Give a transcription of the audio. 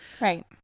Right